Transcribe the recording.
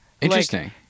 Interesting